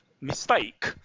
mistake